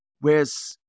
whereas